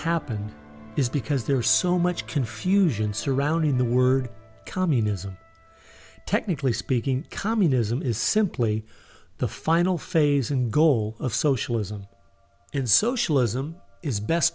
happening is because there are so much confusion surrounding the word communism technically speaking communism is simply the final phase and goal of socialism in socialism is best